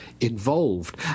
involved